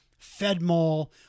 FedMall